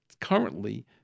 Currently